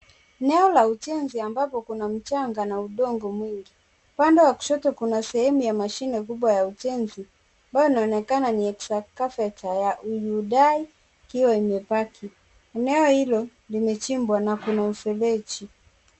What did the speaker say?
Eneo la ujenzi ambapo kuna mchanga na udongo mwingi, upande wa kushoto kuna sehemu ya mashine kubwa ya ujenzi ambayo inaonekana ni excavator ya Hyundai ikiwa imepaki, eneo hilo limechimbwa na kuna mfereji.